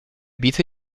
biete